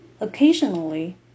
occasionally